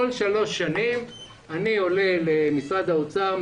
כל שלוש שנים אני עולה למשרד האוצר,